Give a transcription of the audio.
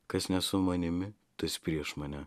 kas ne su manimi tas prieš mane